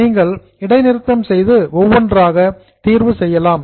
நீங்கள் பாஸ் இடைநிறுத்தம் செய்து ஒவ்வொன்றாக சால்வ் தீர்வு செய்யலாம்